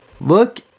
look